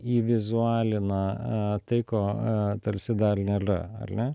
įvizualina a tai ko a talsi dal nėlia al ne